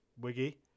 Wiggy